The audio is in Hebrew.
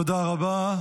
תודה רבה.